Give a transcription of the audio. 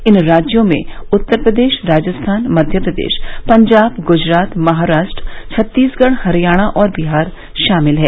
इन राज्यों में उत्तर प्रदेश राजस्थान मध्यप्रदेश पंजाब गुजरात महाराष्ट्र छत्तीसगढ़ हरियाणा और बिहार शामिल हैं